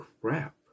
crap